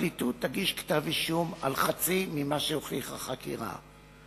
הפרקליטות תגיש כתב-אישום על חצי ממה שהוכיחה החקירה,